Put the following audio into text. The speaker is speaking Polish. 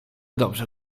dobrze